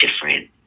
different